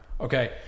Okay